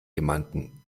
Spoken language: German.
jemanden